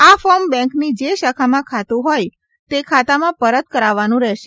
આ ફોર્મ બેંકની જે શાખામાં ખાતુ હોય તે ખાતામાં પરત કરાવવાનું રહેશે